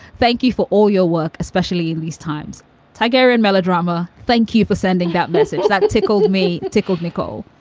thank you for all your work, especially in these times together in melodrama. thank you for sending that message. that and tickled me. tickled nicole